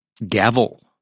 Gavel